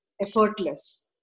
effortless